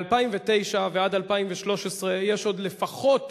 מ-2009 עד 2013 יש עוד לפחות